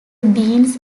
beans